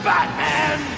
Batman